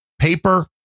paper